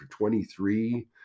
23